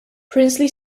princely